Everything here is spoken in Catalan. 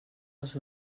els